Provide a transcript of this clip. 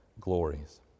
glories